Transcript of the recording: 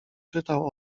czytał